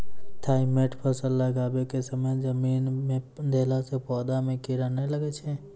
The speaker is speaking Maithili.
थाईमैट फ़सल लगाबै के समय जमीन मे देला से पौधा मे कीड़ा नैय लागै छै?